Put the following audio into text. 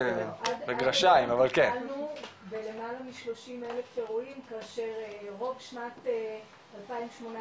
התחלנו בלמעלה מ-30,000 אירועים כאשר רוב שנת 2018